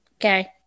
okay